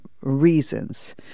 reasons